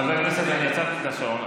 חבר הכנסת, אני עצרתי את השעון.